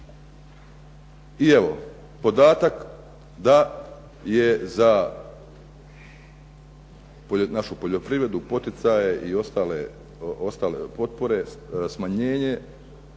I evo, podatak da je za našu poljoprivredu, poticaje i ostale potpore smanjenje